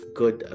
good